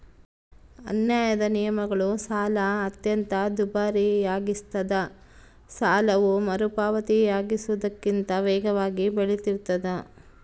ಅನ್ಯಾಯದ ನಿಯಮಗಳು ಸಾಲ ಅತ್ಯಂತ ದುಬಾರಿಯಾಗಿಸ್ತದ ಸಾಲವು ಮರುಪಾವತಿಸುವುದಕ್ಕಿಂತ ವೇಗವಾಗಿ ಬೆಳಿತಿರ್ತಾದ